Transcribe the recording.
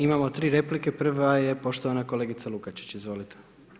Imamo 3 replike, prva je poštovana kolegica Lukačić, izvolite.